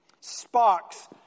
Sparks